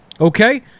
Okay